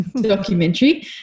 documentary